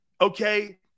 Okay